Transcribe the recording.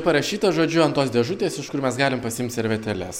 parašyta žodžiu ant tos dėžutės iš kur mes galim pasiimti servetėles